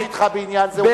אין לי ויכוח אתך בעניין זה.